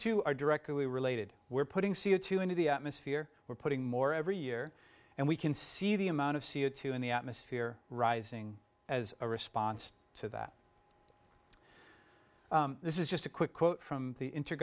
two are directly related we're putting c o two into the atmosphere we're putting more every year and we can see the amount of c o two in the atmosphere rising as a response to that this is just a quick quote from the